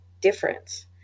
difference